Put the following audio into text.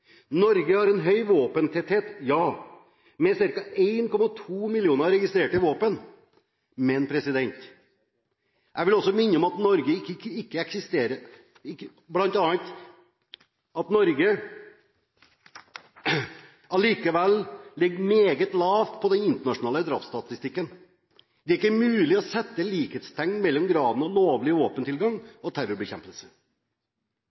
Norge har en høy våpentetthet, med ca. 1,2 millioner registrerte våpen. Men jeg vil også minne om at Norge allikevel ligger meget lavt på den internasjonale drapsstatistikken. Det er ikke mulig å sette likhetstegn mellom graden av lovlig våpentilgang og terrorbekjempelse. Jeg vil bare sitere NJFF, Norges Jeger- og Fiskerforbund, som i høringsrunden uttalte: «Påstanden fra 22. juli-kommisjonen om at halvautomatiske våpen